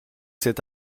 cet